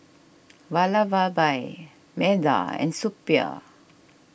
Vallabhbhai Medha and Suppiah